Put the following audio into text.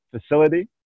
facility